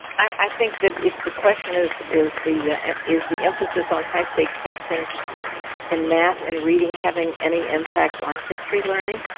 i think that if the question is, is the is the emphasis on high-stakes testing in math and reading having any impact on history learning?